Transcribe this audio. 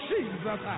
Jesus